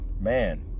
man